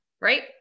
right